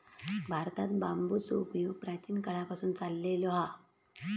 भारतात बांबूचो उपयोग प्राचीन काळापासून चाललो हा